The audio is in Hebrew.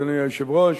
אדוני היושב-ראש,